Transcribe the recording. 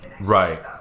Right